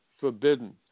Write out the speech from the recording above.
forbidden